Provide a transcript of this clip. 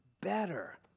better